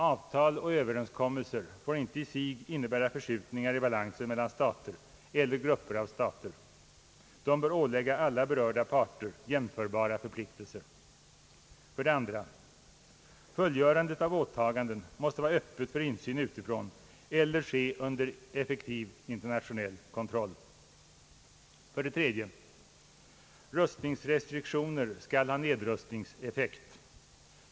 Avtal och överenskommelser får inte i sig innebära förskjutningar i balansen mellan stater eller grupper av stater. De bör ålägga alla berörda parter jämförbara förpliktelser. 2. Fullgörandet av åtaganden måste vara öppet för insyn utifrån eller ske under effektiv internationell kontroll. 3. Rustningsrestriktioner skall ha nedrustningseffekt.